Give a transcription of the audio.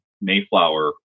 Mayflower